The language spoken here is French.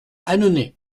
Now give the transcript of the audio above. annonay